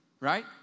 right